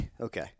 Okay